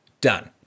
done